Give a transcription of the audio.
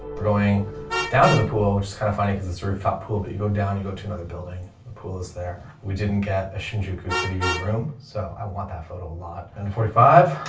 going down to the pool, which is kind of funny cause it's rooftop pool, but you go down, you go to another building, the pool is there. we didn't get a shin juku city view room, so i want that photo a lot under and forty five